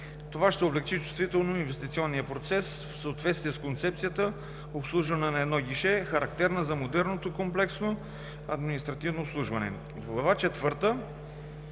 Това ще облекчи чувствително инвестиционния процес в съответствие с концепцията за обслужване на едно гише, характерна за модерното комплексно административно обслужване. „Глава четвърта